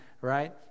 right